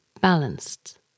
balanced